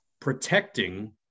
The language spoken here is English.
protecting